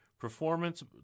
performance